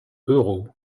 euros